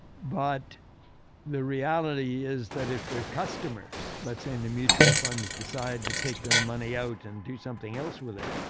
but the reality is that if their customers, let's say in the mutual funds, decide to take their money out and do something else with it.